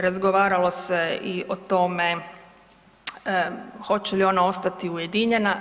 Razgovaralo se i o tome hoće li ona ostati ujedinjena.